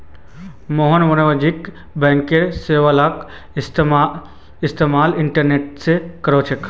मोहन वाणिज्यिक बैंकिंग सेवालाक इस्तेमाल इंटरनेट से करछे